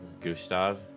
Gustav